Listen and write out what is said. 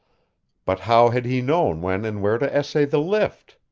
but how had he known when and where to essay the lift?